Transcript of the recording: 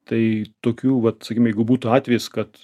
tai tokių vat sakim jeigu būtų atvejis kad